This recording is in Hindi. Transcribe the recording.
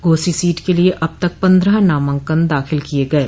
घोसी सीट के लिये अब तक पन्द्रह नामांकन दाखिल किये गये